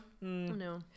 no